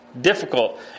difficult